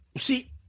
See